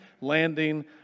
Landing